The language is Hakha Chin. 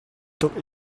tuk